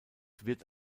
wird